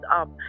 up